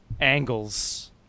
angles